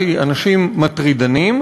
שהיא אנשים מטרידנים,